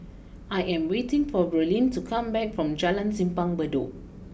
I am waiting for Braelyn to come back from Jalan Simpang Bedok